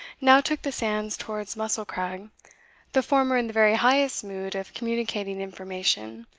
now took the sands towards mussel-crag the former in the very highest mood of communicating information,